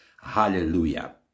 Hallelujah